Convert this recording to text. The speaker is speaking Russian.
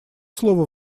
слово